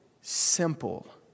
simple